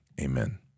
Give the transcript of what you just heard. Amen